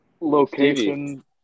Location